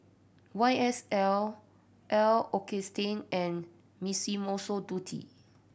Y S L L'Occitane and Dutti